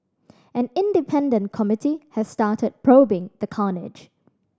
an independent committee has started probing the carnage